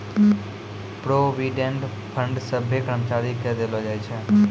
provident fund सभ्भे कर्मचारी के देलो जाय छै